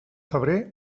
febrer